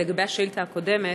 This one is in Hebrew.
לגבי השאילתה הקודמת,